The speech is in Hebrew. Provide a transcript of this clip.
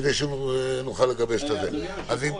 כדי שנוכל לגבש את הדברים.